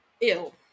ill